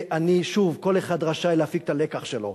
ואני, שוב, כל אחד רשאי להפיק את הלקח שלו.